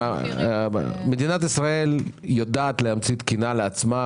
מדינת ישראל יודעת להמציא תקינה לעצמה,